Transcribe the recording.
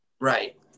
Right